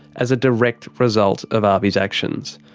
as a direct result of avi's actions.